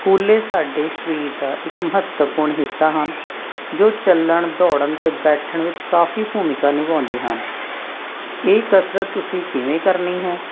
ਕੂਲ੍ਹੇ ਸਾਡੇ ਸਰੀਰ ਦਾ ਇੱਕ ਮਹੱਤਵਪੂਰਨ ਹਿੱਸਾ ਹਨ ਜੋ ਚੱਲਣ ਦੌੜਨ ਅਤੇ ਬੈਠਣ ਵਿੱਚ ਕਾਫੀ ਭੂਮਿਕਾ ਨਿਭਾਉਂਦੇ ਹਨ ਇਹ ਕਸਰਤ ਤੁਸੀਂ ਕਿਵੇਂ ਕਰਨੀ ਹੈ